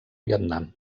vietnam